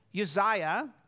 Uzziah